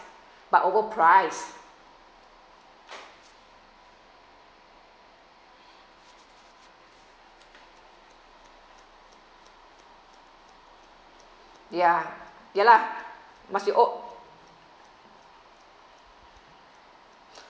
but overpriced ya ya lah must be oh